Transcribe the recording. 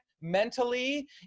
mentally